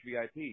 VIP